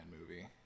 movie